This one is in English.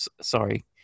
Sorry